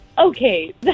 Okay